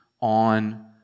on